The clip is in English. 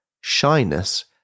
shyness